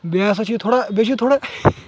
بیٚیہِ ہسا چھِ یہِ تھوڑا بیٚیہِ چھِ تھوڑا